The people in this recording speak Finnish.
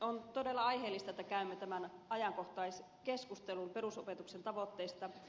on todella aiheellista että käymme tämän ajankohtaiskeskustelun perusopetuksen tavoitteista